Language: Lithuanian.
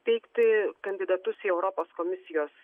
teikti kandidatus į europos komisijos